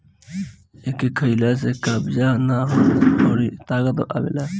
एके खइला से कब्ज नाइ होला अउरी ताकत आवेला